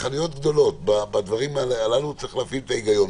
בחנויות גדולות צריך להפעיל את ההיגיון.